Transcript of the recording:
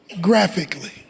graphically